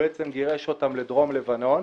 לדרום לבנון.